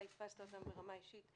אתה הדפסת אותם ברמה אישית.